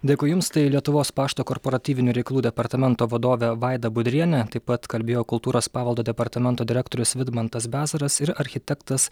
dėkui jums tai lietuvos pašto korporatyvinių reikalų departamento vadovė vaida budrienė taip pat kalbėjo kultūros paveldo departamento direktorius vidmantas bezaras ir architektas